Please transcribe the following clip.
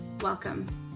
Welcome